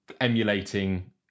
emulating